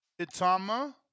Itama